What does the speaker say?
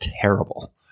terrible